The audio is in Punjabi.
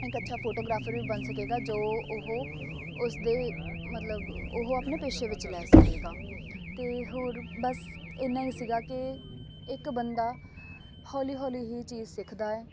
ਇੱਕ ਅੱਛਾ ਫੋਟੋਗ੍ਰਾਫਰ ਵੀ ਬਣ ਸਕੇਗਾ ਜੋ ਉਹ ਉਸਦੇ ਮਤਲਬ ਉਹ ਆਪਣੇ ਪੇਸ਼ੇ ਵਿੱਚ ਲੈ ਸਕੇਗਾ ਅਤੇ ਹੋਰ ਬਸ ਇੰਨਾ ਹੀ ਸੀਗਾ ਕਿ ਇੱਕ ਬੰਦਾ ਹੌਲੀ ਹੌਲੀ ਇਹ ਚੀਜ਼ ਸਿੱਖਦਾ ਹੈ